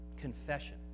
confession